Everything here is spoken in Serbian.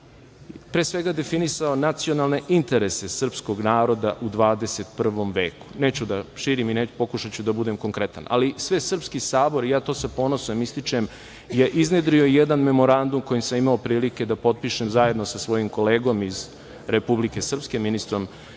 pre svega, definisao nacionalne interese srpskog naroda u 21. veku. Neću da širim, pokušaću da budem konkretan, ali Svesrpski sabor, ja to sa ponosom ističem, je iznedrio jedan memorandum koji sam imao prilike da potpišem sa svojim kolegom iz Republike Srpske, ministrom